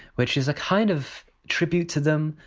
which is a kind of tribute to them,